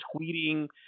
tweeting